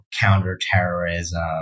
counterterrorism